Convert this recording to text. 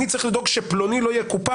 אני צריך לדאוג שהפלוני לא יקופח,